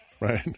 Right